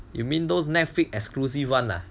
you mean those Netflix exclusive [one] lah